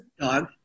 dog